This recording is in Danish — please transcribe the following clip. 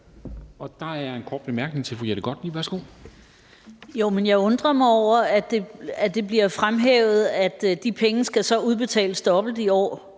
Der er en kort bemærkning til fru Jette Gottlieb. Værsgo. Kl. 10:18 Jette Gottlieb (EL): Jo, men jeg undrer mig over, at det bliver fremhævet, at de penge så skal udbetales dobbelt i år.